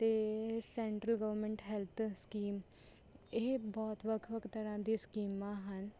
ਅਤੇ central government health scheme ਇਹ ਬਹੁਤ ਵੱਖ ਵੱਖ ਤਰ੍ਹਾਂ ਦੀਆ ਸਕੀਮਾਂ ਹਨ